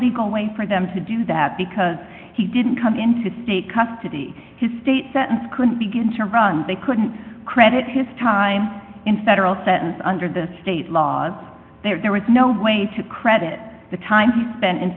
legal way for them to do that because he didn't come into state custody his state sentence could begin to run they couldn't credit his time in federal sentence under the state laws there was no way to credit the time he spent in